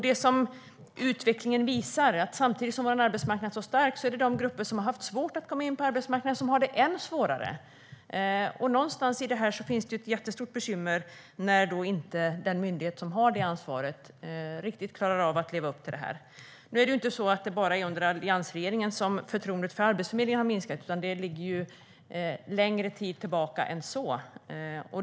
Det utvecklingen visar är att samtidigt som vår arbetsmarknad är stark är det de grupper som har haft svårt att komma in på arbetsmarknaden som har det än svårare. Någonstans i detta finns det ett jättestort bekymmer när den myndighet som har ansvaret inte riktigt klarar av att leva upp till det. Det är inte bara under alliansregeringen som förtroendet för Arbetsförmedlingen har minskat, utan det ligger längre tillbaka i tiden.